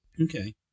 Okay